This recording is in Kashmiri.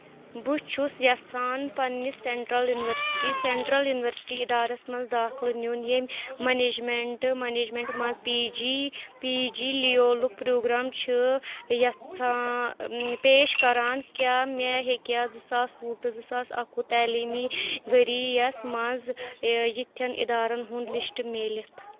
بہٕ چھُس یژھان پنٕنِس سیٚنٛٹرٛل یُنورسِٹی سیٚنٛٹرٛل یُنورسِٹی ادارس مَنٛز داخلہٕ نِیُن ییٚمہِ منیجمینٹ میٚنیجمیٚنٛٹ مَنٛز پی جی پی جی لیولُک پروگرام چھُ یژھان پیش کران کیٛاہ مےٚ ہیٚکیا زٕساس وُہ ٹو زٕ ساس اَکہٕ وُہ تعلیٖمی ورۍ یَس مَنٛز یِتھٮ۪ن ادارن ہُنٛد لسٹ میٖلِتھ